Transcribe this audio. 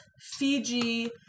Fiji